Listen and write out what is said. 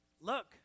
Look